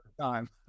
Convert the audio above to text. time